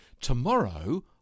Tomorrow